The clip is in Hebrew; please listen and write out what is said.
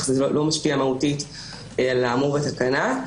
זה לא משפיע מהותית על האמור בתקנה.